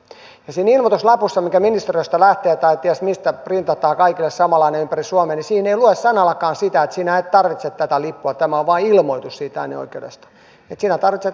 ja siinä ilmoituslapussa joka ministeriöstä lähtee tai ties mistä printataan kaikille samanlainen ympäri suomea ei lue sanallakaan sitä että sinä et tarvitse tätä lippua tämä on vain ilmoitus äänioikeudesta että sinä tarvitset vain henkilötodistuksen